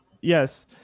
yes